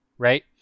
right